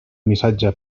missatge